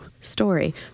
Story